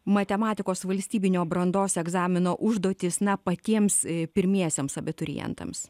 matematikos valstybinio brandos egzamino užduotys na patiems pirmiesiems abiturientams